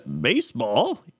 baseball